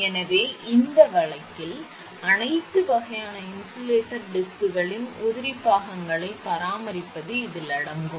எனவே இந்த வழக்கில் அனைத்து வகையான இன்சுலேட்டர் டிஸ்க்குகளின் உதிரி பாகங்களை பராமரிப்பது இதில் அடங்கும்